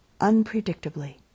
unpredictably